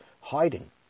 hiding